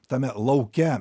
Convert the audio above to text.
tame lauke